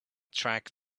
track